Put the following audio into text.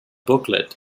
booklet